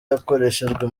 yakoreshejwe